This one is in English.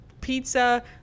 pizza